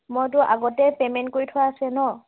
মইতো আগতে পেমেণ্ট কৰি থোৱা আছে ন